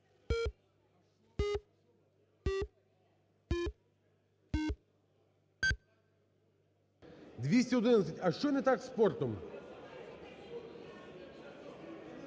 За-211 А, що не так з спортом?